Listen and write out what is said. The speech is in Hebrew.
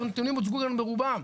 הנתונים הוצגו לנו ברובם.